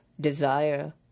desire